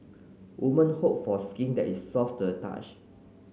women hope for skin that is soft the touch